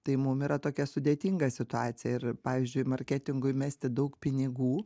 tai mum yra tokia sudėtinga situacija ir pavyzdžiui marketingui mesti daug pinigų